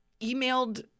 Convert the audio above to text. emailed